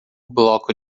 bloco